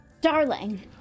darling